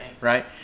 right